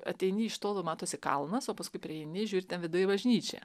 ateini iš tolo matosi kalnas o paskui prieini žiūri ten viduj bažnyčia